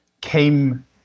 came